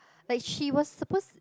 like she was suppose